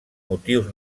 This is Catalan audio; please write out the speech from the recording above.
motius